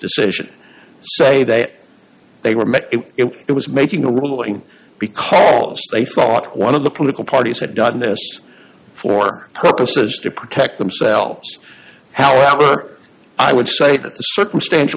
decision say that they were met it was making a ruling because they thought one of the political parties had done this for purposes to protect themselves however i would say that the circumstantial